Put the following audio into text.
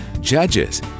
Judges